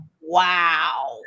Wow